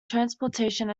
transportation